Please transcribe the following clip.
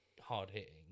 hard-hitting